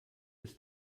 ist